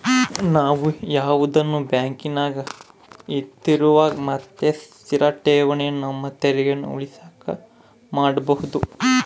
ನಾವು ಯಾವುದನ ಬ್ಯಾಂಕಿನಗ ಹಿತಿರುಗುವ ಮತ್ತೆ ಸ್ಥಿರ ಠೇವಣಿಯನ್ನ ನಮ್ಮ ತೆರಿಗೆಯನ್ನ ಉಳಿಸಕ ಮಾಡಬೊದು